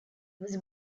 was